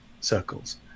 circles